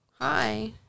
hi